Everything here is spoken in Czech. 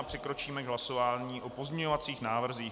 Přikročíme k hlasování o pozměňovacích návrzích.